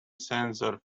sensor